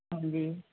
ਹਾਂਜੀ